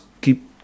keep